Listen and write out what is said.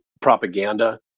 propaganda